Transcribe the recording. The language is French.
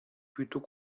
plutôt